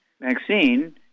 vaccine